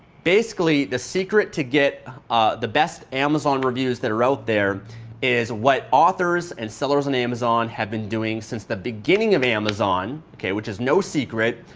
basically the secret to get the best amazon reviews that are out there is what authors and sellers in amazon have been doing since the beginning of amazon, okay, which is no secret,